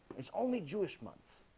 it's only jewish months